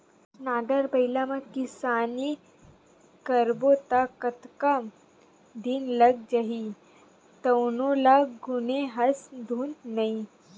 नांगर बइला म किसानी करबो त कतका दिन लाग जही तउनो ल गुने हस धुन नइ